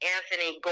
Anthony